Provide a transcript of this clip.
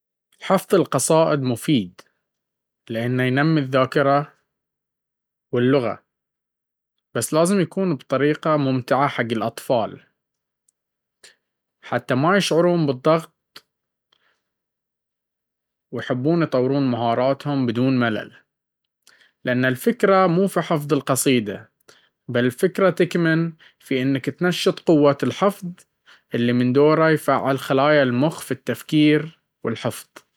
حفظ القصائد مفيد لأنه ينمي الذاكرة واللغة، بس لازم يكون بطريقة ممتعة حتى الأطفال ما يشعرون بالضغط، ويحبون يطورون مهاراتهم بدون ملل, لأنه الفكرة مو في حفظ القصيدة بل الفكرة تكمن في أنك تنشط قوة الحفظ اللي من دوره يفعل خلايا المخ في التفكير والحفظ.